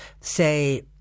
say